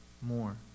more